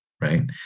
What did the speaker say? right